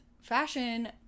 fashion